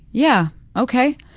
yeah, okay.